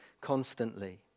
constantly